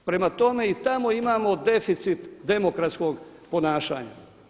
Prema tome i tamo imamo deficit demokratskog ponašanja.